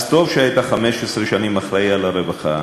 אז טוב שהיית 15 שנים אחראי לרווחה,